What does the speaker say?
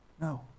no